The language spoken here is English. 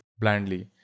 blindly